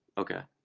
okay.